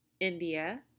India